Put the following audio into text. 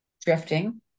drifting